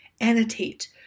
annotate